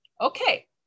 okay